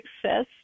success